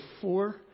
four